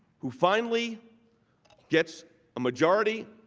who finally gets a majority